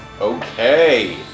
Okay